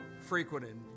frequented